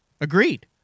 Agreed